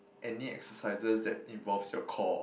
any exercises that involves your core